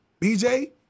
BJ